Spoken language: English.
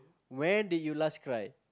where did you last cry